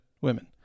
Women